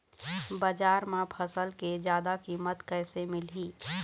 बजार म फसल के जादा कीमत कैसे मिलही?